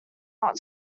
not